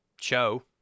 show